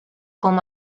com